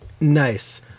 nice